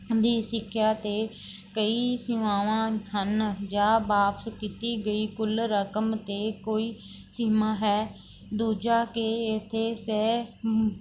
ਦੀ ਸਿੱਖਿਆ 'ਤੇ ਕਈ ਸੀਮਾਵਾਂ ਹਨ ਜਾਂ ਵਾਪਸ ਕੀਤੀ ਗਈ ਕੁੱਲ ਰਕਮ 'ਤੇ ਕੋਈ ਸੀਮਾ ਹੈ ਦੂਜਾ ਕਿ ਇੱਥੇ ਸਹਿ